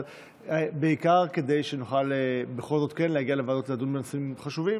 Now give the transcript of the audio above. אבל בעיקר כדי שנוכל בכל זאת כן להגיע לוועדות ולדון בנושאים חשובים.